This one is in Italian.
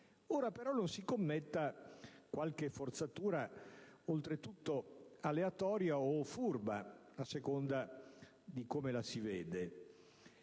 che non si commetta qualche forzatura, oltretutto aleatoria o furba, a seconda di come la si valuti.